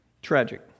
tragic